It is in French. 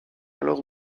alors